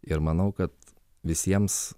ir manau kad visiems